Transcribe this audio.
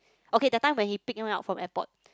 okay that time when he pick me up from airport